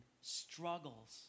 struggles